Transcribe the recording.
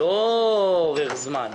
לא עובר זמן.